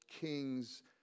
king's